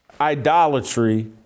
idolatry